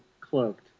cloaked